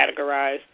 categorized